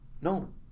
No